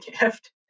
gift